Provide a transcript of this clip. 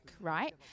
right